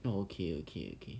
oh okay okay okay